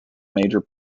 major